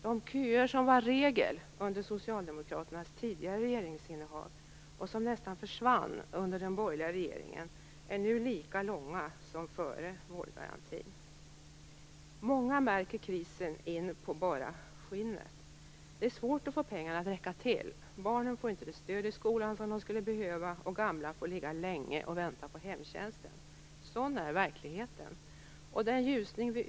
De köer som var regel under Socialdemokraternas tidigare regeringsinnehav och som nästan försvann under den borgerliga regeringen är nu lika långa som före vårdgarantins införande. Många märker krisen in på bara skinnet. Det är svårt att få pengarna att räcka till. Barnen får inte det stöd i skolan som de skulle behöva och gamla får ligga länge och vänta på hemtjänsten. Sådan är verkligheten. Den ljusning vi utlovats så länge dröjer. Vi har massarbetslöshet i Sverige.